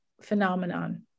phenomenon